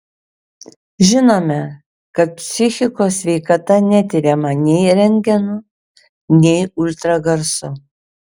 žinome kad psichikos sveikata netiriama nei rentgenu nei ultragarsu